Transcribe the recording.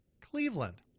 Cleveland